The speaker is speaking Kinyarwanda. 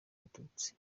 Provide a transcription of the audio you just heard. abatutsi